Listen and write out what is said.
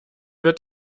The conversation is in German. wird